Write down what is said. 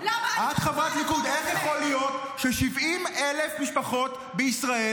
איך יכול להיות ש-70,000 משפחות בישראל